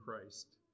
Christ